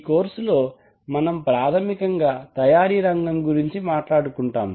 ఈ కోర్సులో మనం ప్రాథమికంగా తయారీ రంగం గురించి మాట్లాడు కుంటాం